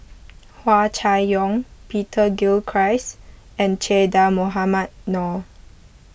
Hua Chai Yong Peter Gilchrist and Che Dah Mohamed Noor